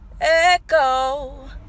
echo